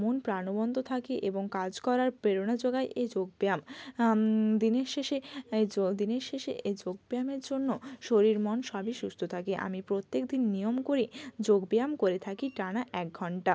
মন প্রাণবন্ত থাকি এবং কাজ করার প্রেরণা জোগায় এই যোগ ব্যায়াম দিনের শেষে যো দিনের শেষে এই যোগ ব্যায়ামের জন্য শরীর মন সবই সুস্থ থাকে আমি প্রত্যেক দিন নিয়ম করে যোগ ব্যায়াম করে থাকি টানা এক ঘন্টা